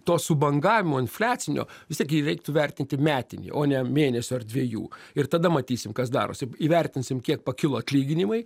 to subangavimo infliacinio vis tiek jį reiktų vertinti metinį o ne mėnesio ar dvejų ir tada matysim kas darosi įvertinsim kiek pakilo atlyginimai